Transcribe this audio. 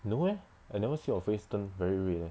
no eh I never see your face turn very red leh